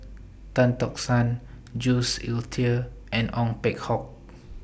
Tan Tock San Jules Itier and Ong Peng Hock